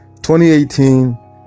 2018